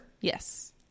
Yes